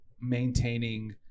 maintaining